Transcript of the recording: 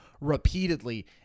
repeatedly